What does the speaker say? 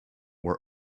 were